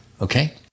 okay